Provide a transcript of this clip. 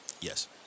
Yes